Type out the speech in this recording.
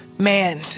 Man